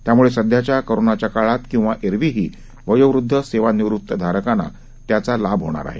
त्यामुळे सध्याच्या कोरोनाच्या काळात किंवा एरवीही वयोवृद्ध सेवानिवृत्त धारकांना त्याचा लाभ होणार आहे